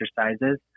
exercises